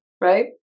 right